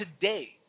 today